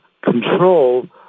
control